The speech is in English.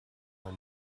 are